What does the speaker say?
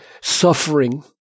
suffering